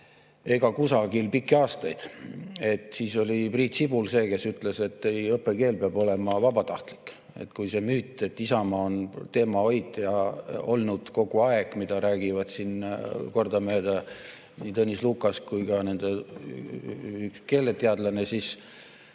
ega kusagil pikki aastaid. Siis oli Priit Sibul see, kes ütles, et ei, õppekeel peab olema vabatahtlik. See müüt, et Isamaa on teema hoidja olnud kogu aeg, mida räägivad siin kordamööda Tõnis Lukas ja nende üks keeleteadlane,